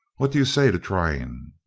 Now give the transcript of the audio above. what do you say to trying?